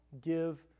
give